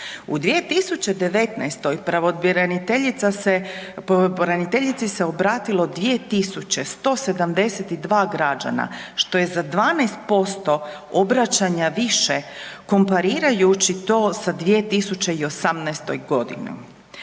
U 2019. pravobraniteljici se obratilo 2172 građana što je za 12% obraćanja više, komparirajući to sa 2018. godinom.